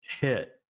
hit